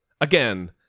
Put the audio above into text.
Again